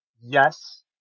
Yes